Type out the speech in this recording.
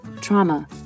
trauma